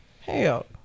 Hell